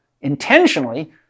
intentionally